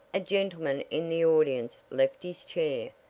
a gentleman in the audience left his chair,